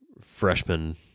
freshman